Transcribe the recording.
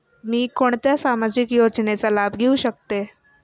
मी कोणत्या सामाजिक योजनेचा लाभ घेऊ शकते?